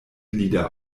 lieder